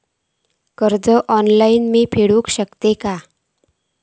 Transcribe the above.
कर्ज ऑनलाइन मी फेडूक शकतय काय?